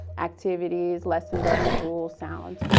activities, lesson building tools, sounds.